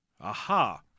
Aha